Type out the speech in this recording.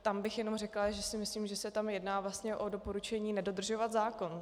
Tam bych jenom řekla, že si myslím, že se tam jedná vlastně o doporučení nedodržovat zákon.